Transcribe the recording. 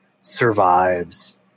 survives